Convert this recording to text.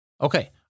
Okay